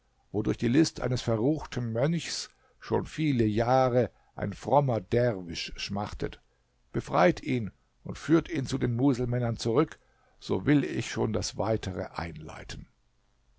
durch die list eines verruchten mönchs schon viele jahre ein frommer derwisch schmachtet befreit ihn und führt ihn zu den muselmännern zurück so will ich schon das weitere einleiten